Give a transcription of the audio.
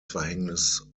verhängnis